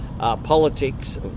politics